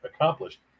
accomplished